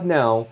now